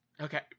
Okay